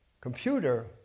computer